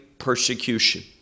persecution